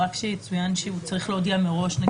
שיצוין שהוא צריך להודיע מראש.